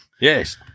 Yes